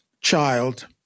child